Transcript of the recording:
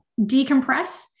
decompress